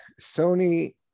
sony